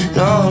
no